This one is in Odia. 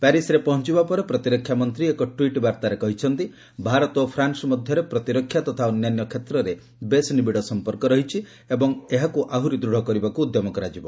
ପ୍ୟାରିଶ୍ରେ ପହଞ୍ଚିବା ପରେ ପ୍ରତିରକ୍ଷା ମନ୍ତ୍ରୀ ଏକ ଟ୍ୱିଟ୍ ବାର୍ତ୍ତାରେ କହିଛନ୍ତି ଯେ ଭାରତ ଓ ଫ୍ରାନ୍ସ ମଧ୍ୟରେ ପ୍ରତିରକ୍ଷା ତଥା ଅନ୍ୟାନ୍ୟ କ୍ଷେତ୍ରରେ ବେଶ୍ ନିବିଡ଼ ସମ୍ପର୍କ ରହିଛି ଏବଂ ଏହାକୁ ଆହୁରି ଦୂଢ଼ କରିବାକୁ ଉଦ୍ୟମ କରାଯିବ